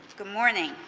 good morning.